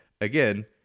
again